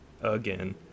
Again